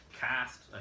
Cast